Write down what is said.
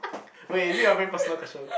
wait is it a very personal question